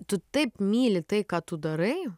tu taip myli tai ką tu darai